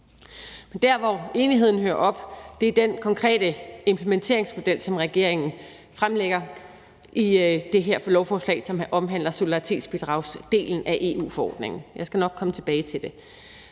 Men der, hvor enigheden hører op, er ved den konkrete implementeringsmodel, som regeringen fremlægger i det her lovforslag, der omhandler solidaritetsbidragsdelen af EU-forordningen. Jeg skal nok komme tilbage til det.